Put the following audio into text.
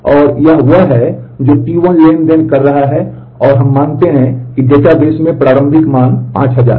और यह वह है जो T1 ट्रांज़ैक्शन कर रहा है और हम मानते हैं कि डेटाबेस में प्रारंभिक मान 5000 है